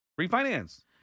refinance